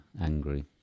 angry